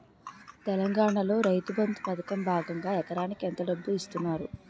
తెలంగాణలో రైతుబంధు పథకం భాగంగా ఎకరానికి ఎంత డబ్బు ఇస్తున్నారు?